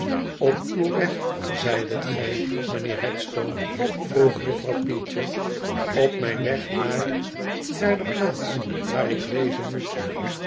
op uw weg zeidetgij mijnheer headstone vroeg juffrouw peecher op mijn weg naar naar de plaats waar ik wezen moet